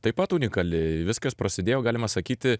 taip pat unikali viskas prasidėjo galima sakyti